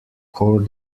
court